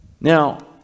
Now